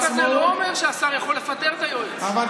אבל החוק הזה לא אומר שהשר יכול לפטר את היועץ,